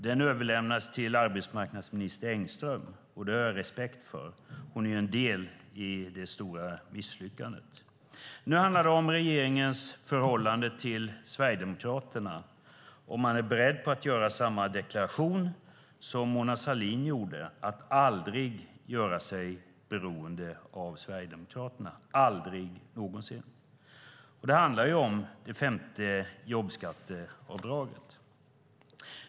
Den överlämnades till arbetsmarknadsminister Engström, och det har jag respekt för. Hon är ju en del i det stora misslyckandet. Nu handlar det om regeringens förhållande till Sverigedemokraterna och om man är beredd att göra samma deklaration som Mona Sahlin gjorde, att aldrig göra sig beroende av Sverigedemokraterna - aldrig någonsin. Det handlar nu om det femte jobbskatteavdraget.